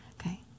Okay